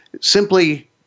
simply